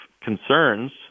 concerns